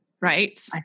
right